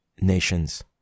nations